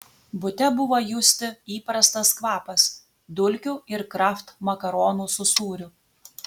bute buvo justi įprastas kvapas dulkių ir kraft makaronų su sūriu